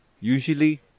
usually